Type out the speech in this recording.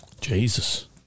Jesus